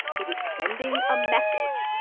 it is sending a message.